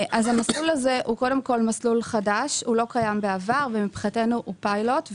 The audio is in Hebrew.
זה מסלול חדש, לא היה בעבר, ומבחינתנו הוא פילוט.